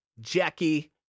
Jackie